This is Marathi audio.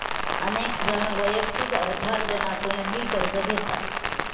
अनेक जण वैयक्तिक अर्थार्जनातूनही कर्ज घेतात